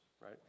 right